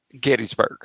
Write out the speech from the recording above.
Gettysburg